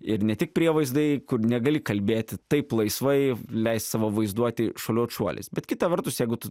ir ne tik prievaizdai kur negali kalbėti taip laisvai leist savo vaizduotei šuoliuot šuoliais bet kita vertus jeigu tu